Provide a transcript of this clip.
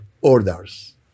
orders